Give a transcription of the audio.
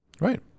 Right